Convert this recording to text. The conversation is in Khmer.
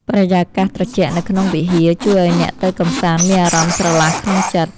បរិយាកាសត្រជាក់នៅក្នុងវិហារ ជួយឱ្យអ្នកទៅកម្សាន្តមានអារម្មណ៍ស្រឡះក្នុងចិត្ត។